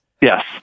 Yes